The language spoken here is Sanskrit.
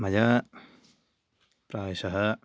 मया प्रायशः